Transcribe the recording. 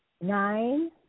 nine